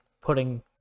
putting